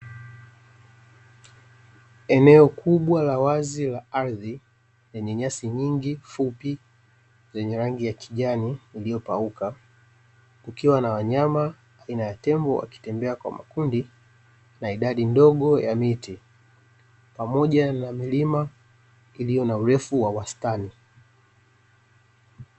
Eneo kubwa la wazi la ardhi; lenye nyasi nyingi fupi zenye rangi ya kijani iliyopauka, kukiwa na wanyama aina yatembo wakitembea kwa makundi na idadi ndogo ya miti, pamoja na milima iliyo na urefu wa wastani.